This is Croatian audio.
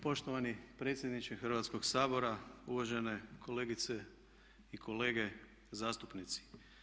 Poštovani predsjedniče Hrvatskoga sabora, uvažene kolegice i kolege zastupnici.